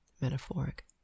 metaphoric